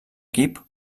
equip